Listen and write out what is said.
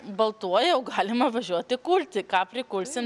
baltuoja jau galima važiuoti kulti ką prikulsim